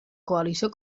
coalició